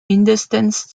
mindestens